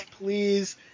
please